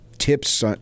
tips